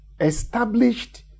established